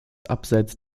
abseits